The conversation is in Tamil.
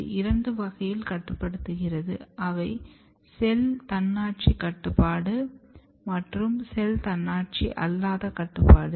அது இரண்டு வகையில் கட்டுப்படுத்துகிறது அவை செல் தன்னாட்சி கட்டுப்பாடு மற்றும் செல் தன்னாட்சி அல்லாத கட்டுப்பாடு